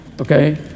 okay